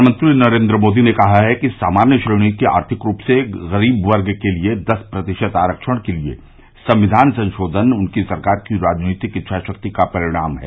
प्रधानमंत्री नरेन्द्र मोदी ने कहा है कि सामान्य श्रेणी के आर्थिक रूप से गरीब वर्ग के लिए दस प्रतिशत आरक्षण के लिए संविधान संशोधन उनकी सरकार की राजनीतिक इच्छाशक्ति का परिणाम है